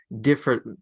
different